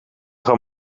gaan